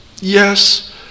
yes